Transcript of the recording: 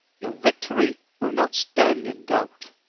your victory will not stand in doubt